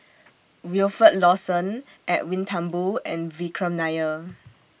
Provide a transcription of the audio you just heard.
Wilfed Lawson Edwin Thumboo and Vikram Nair